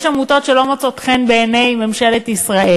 יש עמותות שלא מוצאות חן בעיני ממשלת ישראל.